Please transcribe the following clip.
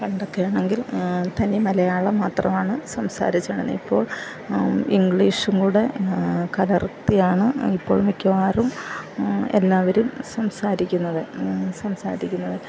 പണ്ടൊക്കെ ആണെങ്കിൽ തനി മലയാളം മാത്രമാണ് സംസാരിച്ചുകൊണ്ടിരുന്നത് ഇപ്പോൾ ഇംഗ്ലീഷും കൂടെ കലർത്തിയാണ് ഇപ്പോൾ മിക്കവാറും എല്ലാവരും സംസാരിക്കുന്നത് സംസാരിക്കുന്നത്